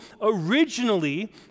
originally